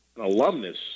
alumnus